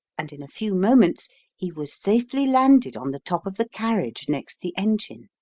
and in a few moments he was safely landed on the top of the carriage next the engine.